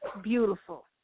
beautiful